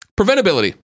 Preventability